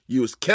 use